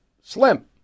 slim